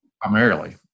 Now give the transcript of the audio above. Primarily